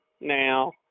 now